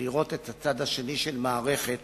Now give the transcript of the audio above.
לראות את הצד השני של המערכת,